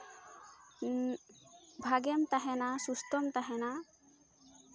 ᱩᱸᱜ ᱵᱷᱟᱜᱮᱢ ᱛᱟᱦᱮᱸᱱᱟ ᱥᱩᱥᱛᱷᱚᱢ ᱛᱟᱦᱮᱸᱱᱟ